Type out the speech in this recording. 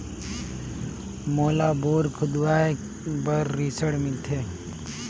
मोला बोरा खोदवाय बार ऋण मिलथे?